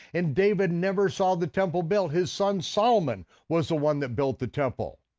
and david never saw the temple built. his son solomon was the one that built the temple.